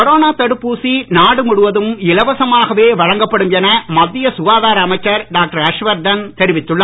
corona தடுப்பூசி நாடு முழுவதும் இலவசமாகவே வழங்கப்படும் என மத்திய சுகாதார அமைச்சர் டாக்டர் ஹர்ஷ்வர்தன் தெரிவித்துள்ளார்